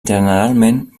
generalment